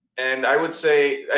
and i would say, i